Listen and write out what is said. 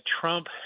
Trump